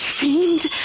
fiend